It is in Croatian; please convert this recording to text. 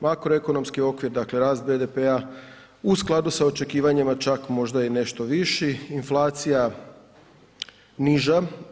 Makroekonomski okvir, rast BDP-a u skladu sa očekivanjima čak možda i nešto viši, inflacija niža.